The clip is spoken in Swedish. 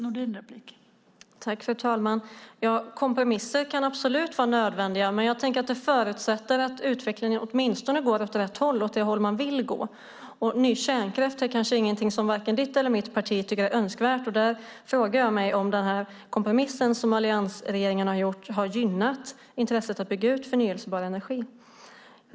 Fru talman! Kompromisser kan absolut vara nödvändiga, men jag tänker att det förutsätter att utvecklingen åtminstone går åt rätt håll, åt det håll man vill gå. Ny kärnkraft är kanske ingenting som vare sig ditt eller mitt parti tycker är önskvärt. Där frågar jag mig om den kompromiss som alliansregeringen har gjort har gynnat intresset att bygga ut förnybar energi.